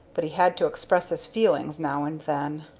but he had to express his feelings now and then.